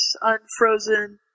unfrozen